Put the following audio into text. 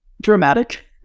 dramatic